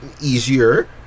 easier